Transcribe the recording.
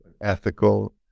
ethical